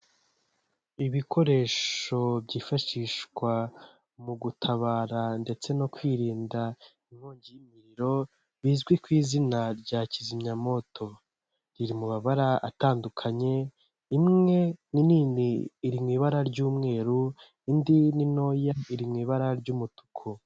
Ibikoresho byifashishwa mu gutabara ndetse no kwirinda inkongi y'imuriro, bizwi ku izina rya kizimyamoto, riri mu mabara atandukanye, imwe nini iri mu ibara ry'umweru, indi ntoya iri mu ibara ry'umutuku.